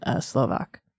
Slovak